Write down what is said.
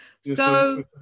So-